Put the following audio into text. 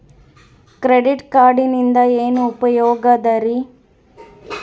Credit ಕಾರ್ಡಿನಿಂದ ಏನು ಉಪಯೋಗದರಿ?